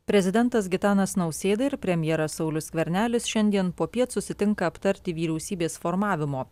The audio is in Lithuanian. prezidentas gitanas nausėda ir premjeras saulius skvernelis šiandien popiet susitinka aptarti vyriausybės formavimo